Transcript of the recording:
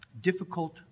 difficult